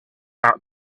about